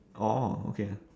orh okay